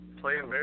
playing